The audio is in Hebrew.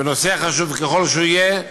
בנושא חשוב ככל שיהיה,